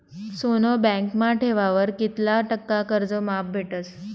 सोनं बँकमा ठेवावर कित्ला टक्का कर्ज माफ भेटस?